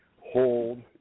hold